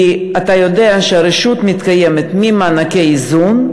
כי אתה יודע שהרשות מתקיימת ממענקי איזון,